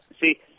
See